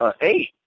eight